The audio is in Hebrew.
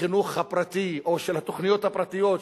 החינוך הפרטי או של התוכניות הפרטיות,